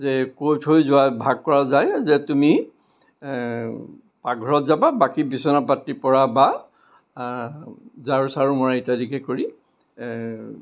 যে কৈ থৈ যোৱা ভাগ কৰা যায় যে তুমি পাকঘৰত যাবা বাকী বিচনা পাতি পৰা বা ঝাৰু চাৰু মৰা ইত্যাদিকে কৰি